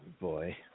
boy